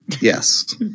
Yes